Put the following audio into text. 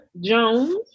Jones